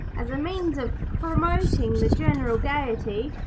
as a means of promoting the general gaiety,